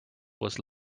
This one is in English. was